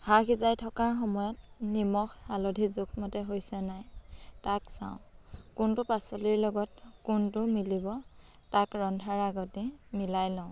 শাক সিজাই থকা সময়ত নিমখ হালধি জোখমতে হৈছে নে নাই তাক চাওঁ কোনটো পাচলিৰ লগত কোনটো মিলিব তাক ৰন্ধাৰ আগতেই মিলাই লওঁ